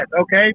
okay